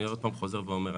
אני חוזר ואומר.